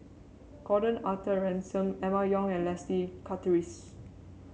Gordon Arthur Ransome Emma Yong and Leslie Charteris